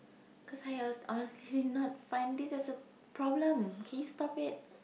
cause I was honestly not find this as a problem can you stop it